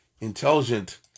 intelligent